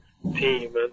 Team